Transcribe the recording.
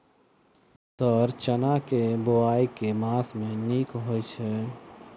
Sir चना केँ बोवाई केँ मास मे नीक होइ छैय?